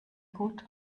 gut